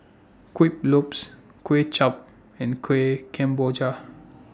Kuih Lopes Kway Chap and Kueh Kemboja